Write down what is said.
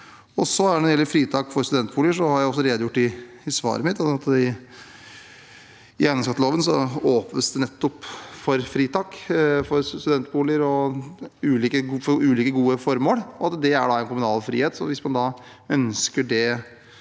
Når det gjelder fritak for studentboliger, har jeg redegjort i svaret mitt for at i eiendomsskatteloven åpnes det nettopp for fritak for studentboliger og ulike gode formål. Det er da en kommunal frihet, og hvis man ønsker det